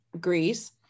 Greece